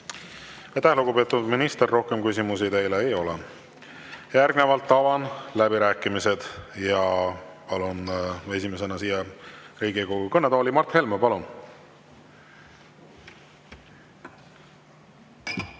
lugupeetud minister! Rohkem küsimusi teile ei ole. Järgnevalt avan läbirääkimised ja palun esimesena Riigikogu kõnetooli Mart Helme. Palun!